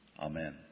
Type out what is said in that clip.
Amen